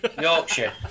Yorkshire